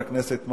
חבר הכנסת מקלב.